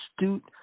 astute